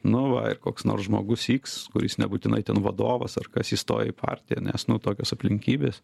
nu va ir koks nors žmogus iks kuris nebūtinai ten vadovas ar kas įstoja į partiją nes nu tokios aplinkybės